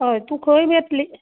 हय तूं खंय येतली